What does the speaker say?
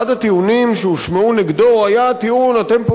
אחד הטיעונים שהושמעו נגדו היה הטיעון: אתם פה